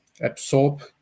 absorb